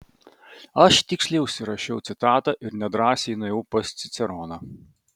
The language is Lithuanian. aš tiksliai užsirašiau citatą ir nedrąsiai nuėjau pas ciceroną